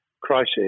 crisis